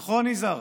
נכון, יזהר?